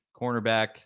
cornerback